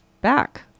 back